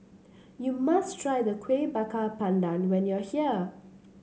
you must try the Kuih Bakar Pandan when you are here